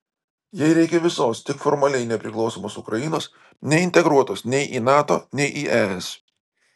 jai reikia visos tik formaliai nepriklausomos ukrainos neintegruotos nei į nato nei į es